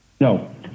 No